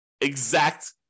exact